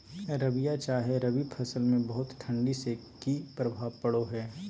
रबिया चाहे रवि फसल में बहुत ठंडी से की प्रभाव पड़ो है?